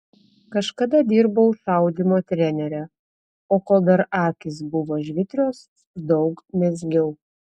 kažkada dirbau šaudymo trenere o kol dar akys buvo žvitrios daug mezgiau